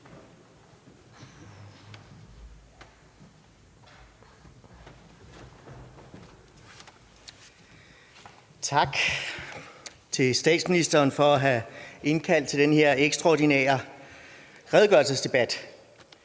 Tak til statsministeren for at have indkaldt til den her ekstraordinære redegørelsesdebat.